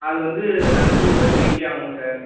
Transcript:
அது வந்து நாங்கள் வந்து எப்படியாவுது ஜெயிச்சே ஆகணும் சார்